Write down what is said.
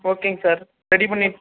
ஓகேங்க sir ready பண்ணி